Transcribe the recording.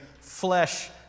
Flesh